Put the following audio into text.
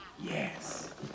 Yes